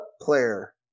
player